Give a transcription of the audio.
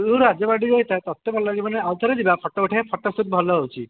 ତୁ ରାଜବାଟୀ ଯାଇଥା ତତେ ଭଲ ଲାଗିବନି ଆଉଥରେ ଯିବା ଫୋଟୋ ଉଠେଇବା ଫୋଟୋସୁଟ୍ ଭଲ ହେଉଛି